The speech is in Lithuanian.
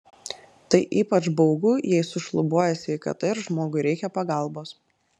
tai ypač baugu jei sušlubuoja sveikata ir žmogui reikia pagalbos